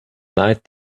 night